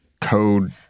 code